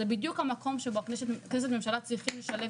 זה בדיוק המקום בו הכנסת והממשלה צריכים לשלב